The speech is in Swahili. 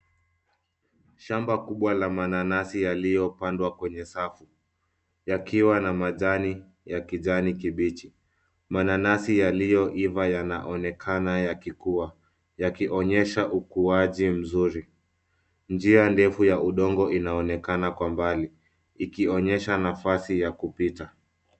Shamba kubwa la mananasi yaliyopandwa kwenye safu yakiwa na majani ya kijani kimbichi . Mananasi yaliyoiva yanaonekana yakikua , yakionyesha ukuaji mzuri . Njia ndefu ya udongo inaonekana kwa mbali ikionyesha nafasi ya kupita .